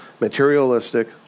materialistic